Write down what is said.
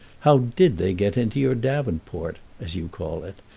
how did they get into your davenport, as you call it,